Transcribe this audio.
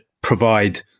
provide